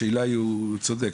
הוא צודק,